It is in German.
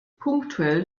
punktuell